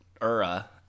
Ura